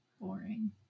Boring